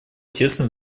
тесно